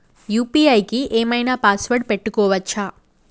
UPI కి ఏం ఐనా పాస్వర్డ్ పెట్టుకోవచ్చా?